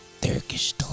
Turkish